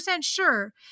sure